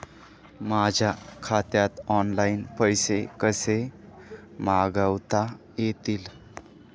माझ्या खात्यात ऑनलाइन पैसे कसे मागवता येतील?